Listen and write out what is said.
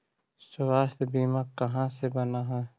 स्वास्थ्य बीमा कहा से बना है?